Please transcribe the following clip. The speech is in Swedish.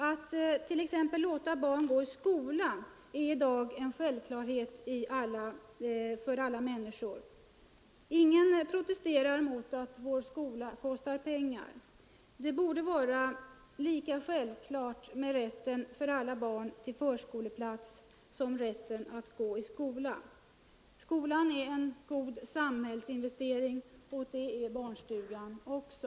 Att t.ex. låta barn gå i skola är i dag en självklarhet för alla människor. Ingen protesterar mot att vår skola kostar pengar. Rätten till förskoleplats borde vara lika självklar för alla barn som rätten att gå i skola. Skolan är en god samhällsinvestering, och det är barnstugan också.